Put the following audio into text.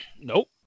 Nope